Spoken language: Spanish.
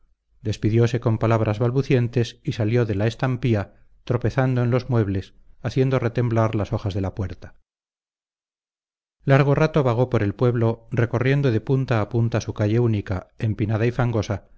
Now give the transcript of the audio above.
despidiose con palabras balbucientes y salió de estampía tropezando en los muebles haciendo retemblar las hojas de la puerta largo rato vagó por el pueblo recorriendo de punta a punta su calle única empinada y